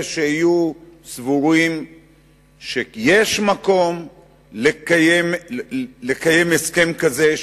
שיהיו סבורים שיש מקום לקיים הסכם כזה,